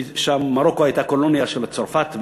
כי מרוקו הייתה קולוניה של צרפת,